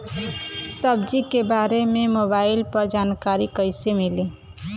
सब्जी के बारे मे मोबाइल पर जानकारी कईसे मिली?